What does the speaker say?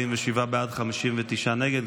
47 בעד, 59 נגד.